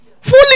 Fully